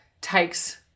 takes